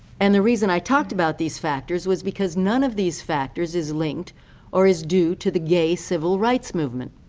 and the reason i talked about these factors was because none of these factors is linked or is due to the gay civil rights moment.